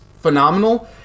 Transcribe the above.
phenomenal